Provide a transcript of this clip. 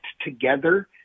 together